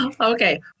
Okay